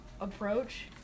approach